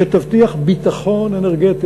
שתבטיח ביטחון אנרגטי.